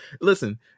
Listen